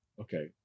okay